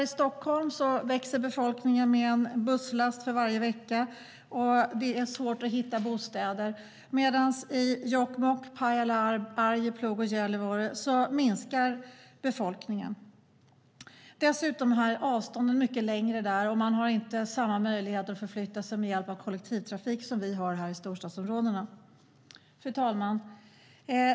I Stockholm växer befolkningen med en busslast varje vecka och det är svårt att hitta bostäder, medan befolkningen i Jokkmokk, Pajala, Arjeplog och Gällivare minskar. Dessutom är avstånden mycket större, och det finns inte samma möjligheter att förflytta sig med hjälp av kollektivtrafik som det finns i storstadsområdena. Fru talman!